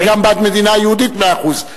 אבל גם בעד מדינה יהודית מאה אחוז.